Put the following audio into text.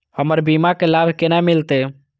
हमर बीमा के लाभ केना मिलते?